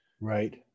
right